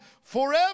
forever